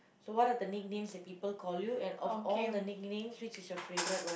so what are the nicknames that people call you and of all the nicknames which is your favourite one